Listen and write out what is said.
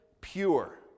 pure